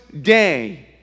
day